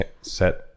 set